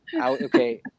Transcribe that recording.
Okay